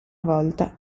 volta